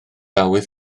awydd